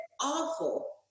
awful